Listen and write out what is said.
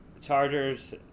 Chargers